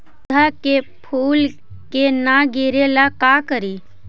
पौधा के फुल के न गिरे ला का करि?